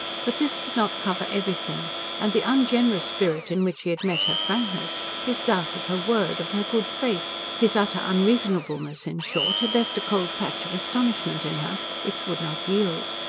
but this did not cover everything and the ungenerous spirit in which he had met her frankness, his doubt of her word, of her good faith his utter unreasonableness in short had left a cold patch of astonishment in her, which would not yield.